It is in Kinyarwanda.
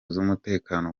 z’umutekano